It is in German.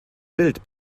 bild